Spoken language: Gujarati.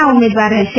ના ઉમેદવાર રહેશે